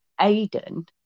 Aiden